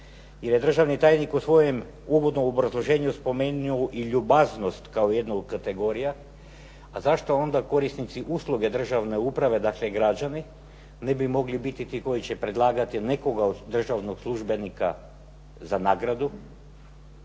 jer državni tajnik u svojem uvodnom obrazloženju je spomenuo i ljubaznost kao jednu od kategorija. A zašto onda korisnici usluge državne uprave dakle građani ne bi mogli biti ti koji će predlagati nekoga od državnog službenika za nagradu